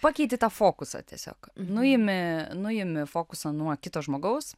pakeiti tą fokusą tiesiog nuimi nuimi fokusą nuo kito žmogaus